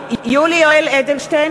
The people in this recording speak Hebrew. (קוראת בשמות חברי הכנסת) יולי יואל אדלשטיין,